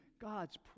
God's